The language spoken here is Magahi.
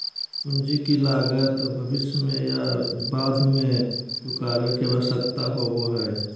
पूंजी की लागत भविष्य में या बाद में चुकावे के आवश्यकता होबय हइ